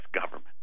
government